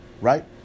Right